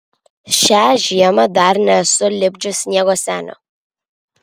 šią žiemą dar nesu lipdžius sniego senio